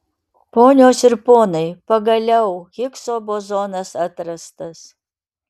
ponios ir ponai pagaliau higso bozonas atrastas